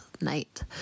night